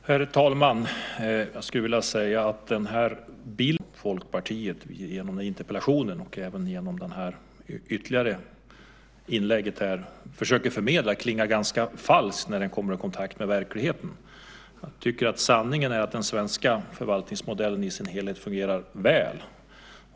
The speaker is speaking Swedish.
Herr talman! Jag skulle vilja säga att den bild som Folkpartiet genom den här interpellationen och även genom det ytterligare inlägget här försöker förmedla klingar ganska falskt när den kommer i kontakt med verkligheten. Jag tycker att sanningen är att den svenska förvaltningsmodellen i sin helhet fungerar väl.